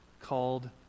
called